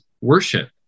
worship